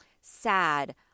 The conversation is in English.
sad